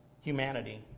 humanity